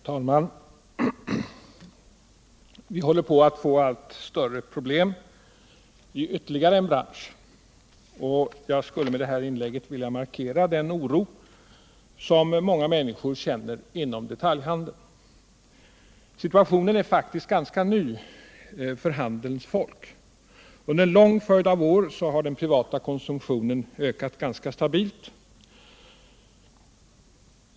Herr talman! Vi håller på att få allt större problem i ytterligare en bransch, och jag skulle med detta inlägg vilja markera den oro som många människor känner inom detaljhandeln. Situationen är faktiskt ganska ny för handelns folk. Under en lång följd av år har den privata konsumtionen ökat ganska stabilt.